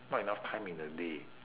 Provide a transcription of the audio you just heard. not enough time in the day